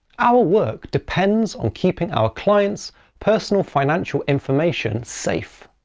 our work depends on keeping our clients' personal financial information safe.